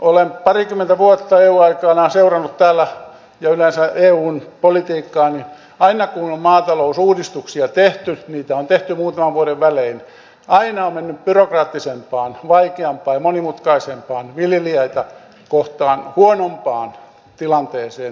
olen parikymmentä vuotta eun aikana seurannut täällä ja yleensä eun politiikkaa niin aina kun on maatalousuudistuksia tehty niitä on tehty muutaman vuoden välein tämä kehitys on mennyt byrokraattisempaan vaikeampaan ja monimutkaisempaan viljelijöitä kohtaan huonompaan tilanteeseen